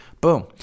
Boom